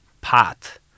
path